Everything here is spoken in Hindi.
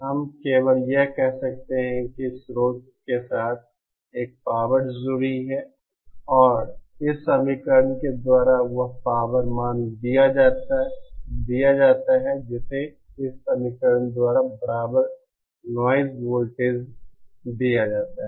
हम केवल यह कह सकते हैं कि स्रोत के साथ एक पावर जुड़ी हुई है और इस समीकरण के द्वारा वह पावर मान दिया जाता है जहाँ से इस समीकरण द्वारा बराबर नॉइज़ वोल्टेज दिया जाता है